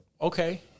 okay